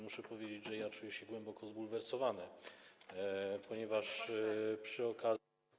Muszę powiedzieć, że czuję się bardzo zbulwersowany, ponieważ przy okazji.